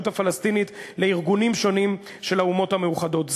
הפלסטינית לארגונים שונים של האומות המאוחדות.